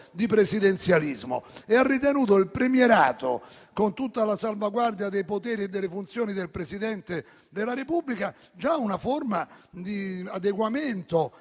di presidenzialismo e ha ritenuto il premierato, con tutta la salvaguardia dei poteri e delle funzioni del Presidente della Repubblica, già una forma di adeguamento